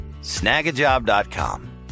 snagajob.com